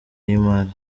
y’imari